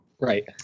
Right